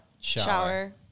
Shower